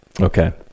Okay